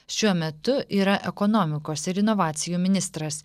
šiuo metu yra ekonomikos ir inovacijų ministras